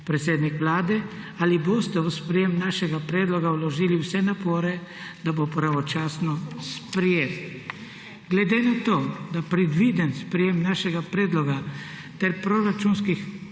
predsednik Vlade, ali boste v sprejetje našega predloga vložili vse napore, da bo pravočasno sprejet? Glede na to, da predvideno sprejetje našega predloga ter proračunskih